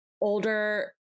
older